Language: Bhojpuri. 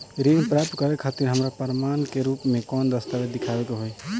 ऋण प्राप्त करे खातिर हमरा प्रमाण के रूप में कौन दस्तावेज़ दिखावे के होई?